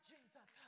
Jesus